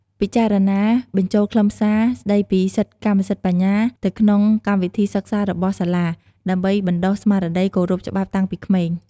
ពិចារណាបញ្ចូលខ្លឹមសារស្តីពីសិទ្ធិកម្មសិទ្ធិបញ្ញាទៅក្នុងកម្មវិធីសិក្សារបស់សាលា ដើម្បីបណ្តុះស្មារតីគោរពច្បាប់តាំងពីក្មេង។